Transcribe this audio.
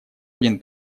один